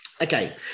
Okay